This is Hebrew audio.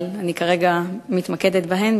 אבל אני כרגע מתמקדת בהן,